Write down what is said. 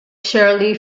shirley